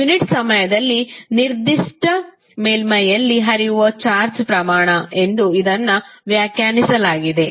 unit ಸಮಯದಲ್ಲಿ ನಿರ್ದಿಷ್ಟ ಮೇಲ್ಮೈಯಲ್ಲಿ ಹರಿಯುವ ಚಾರ್ಜ್ ಪ್ರಮಾಣ ಎಂದು ಇದನ್ನು ವ್ಯಾಖ್ಯಾನಿಸಲಾಗಿದೆ